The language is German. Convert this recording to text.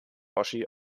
oschi